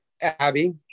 Abby